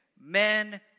men